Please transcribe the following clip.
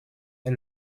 est